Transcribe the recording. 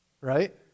right